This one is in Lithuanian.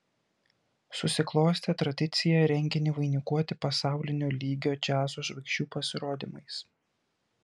susiklostė tradicija renginį vainikuoti pasaulinio lygio džiazo žvaigždžių pasirodymais